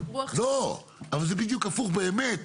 אבל זה בדיוק הפוך באמת,